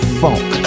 funk